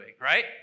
right